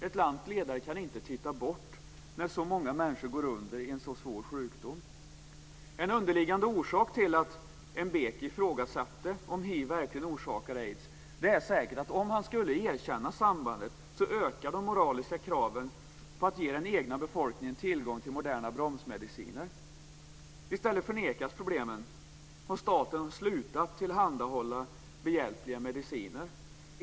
Ett lands ledare kan inte titta bort när så många människor går under i en så svår sjukdom. En underliggande orsak till att Mbeki ifrågasatte att hiv verkligen orsakar aids är säkert att om han skulle erkänna sambandet ökar de moraliska kraven på att ge den egna befolkningen tillgång till moderna bromsmediciner. I stället förnekas problemen och staten slutar tillhandahålla behjälpliga mediciner.